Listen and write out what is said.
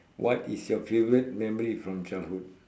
what is your favourite memory from childhood